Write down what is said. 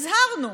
הזהרנו,